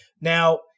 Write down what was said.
Now